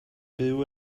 byw